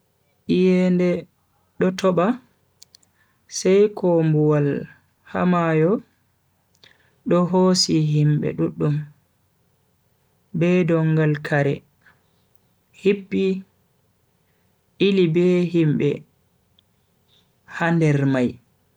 Iyende do toba, sai kombuwal ha mayo do hosi himbe duddum be dongal kare hippi ili be himbe ha nder mai.